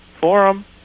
Forum